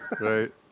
Right